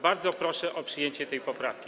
Bardzo proszę o przyjęcie tej poprawki.